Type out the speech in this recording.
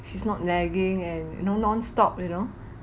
she's not nagging and you know nonstop you know